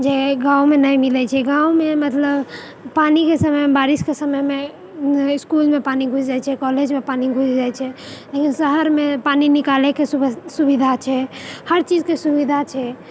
जे गाँवमे नहि मिलै छै गाँवमे मतलब पानीके समय बारिशके समयमे इसकुलमे पानी घुसि जाइ छै कॉलेजमे पानी घुसि जाइ छै लेकिन शहरमे पानी निकालैके सुविधा छै हर चीजके सुविधा छै